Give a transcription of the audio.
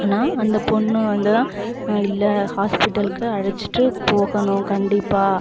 ஆனால் அந்த பெண்ணு வந்துதான் இல்லை ஹாஸ்பிட்டலுக்கு அழைச்சிட்டு போகணும் கண்டிப்பாக